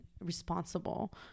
responsible